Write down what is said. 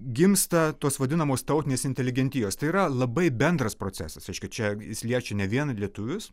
gimsta tos vadinamos tautinės inteligentijos tai yra labai bendras procesas reiškia čia jis liečia ne vien lietuvius